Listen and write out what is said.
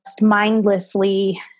mindlessly